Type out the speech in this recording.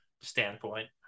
standpoint